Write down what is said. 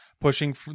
pushing